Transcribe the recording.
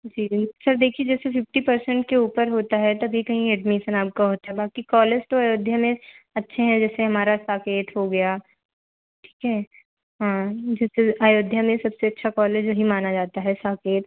जी sir देखिए जैसे fifty percent के ऊपर होता है तभी कहीं एडमिसन आपका होता है बाक़ी कॉलेज तो अयोध्या मे अच्छे हैं जैसे हमारा साकेत हो गया ठीक है जैसे अयोध्या मे सबसे अच्छा कॉलेज वही माना जाता है साकेत